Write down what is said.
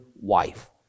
wife